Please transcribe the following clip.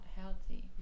healthy